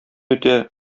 үтә